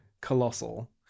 colossal